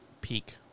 peak